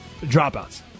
dropouts